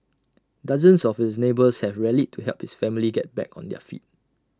dozens of his neighbours have rallied to help his family get back on their feet